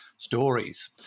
Stories